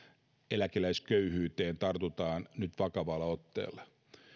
eläkeläisköyhyyteen tartutaan nyt vakavalla otteella